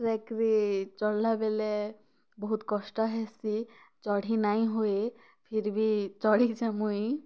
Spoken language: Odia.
ଟ୍ରେକରେ ଚଢ଼ଲା ବେଲେ ବହୁତ୍ କଷ୍ଟ ହେସି ଚଢ଼ି ନାଇଁହୁଏ ଫିର୍ ବି ଚଢ଼ିଛେଁ ମୁଇଁ